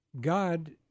God